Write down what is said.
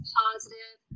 positive